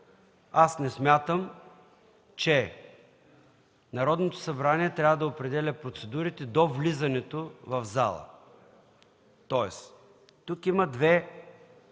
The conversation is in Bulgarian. Аз не смятам, че Народното събрание трябва да определя процедурите до влизането в залата. Тук има два